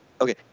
Okay